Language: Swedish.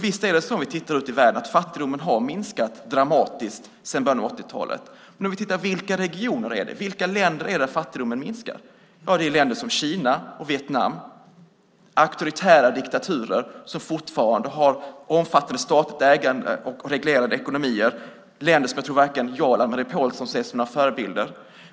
Visst är det väl så vid en titt ut över världen att fattigdomen dramatiskt har minskat sedan början av 1980-talet. I vilka regioner och länder minskar fattigdomen? Ja, den minskar i länder som Kina och Vietnam - auktoritära diktaturer som fortfarande har ett omfattande statligt ägande och reglerade ekonomier, länder som väl varken jag eller Anne-Marie Pålsson ser som några förebilder.